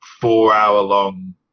four-hour-long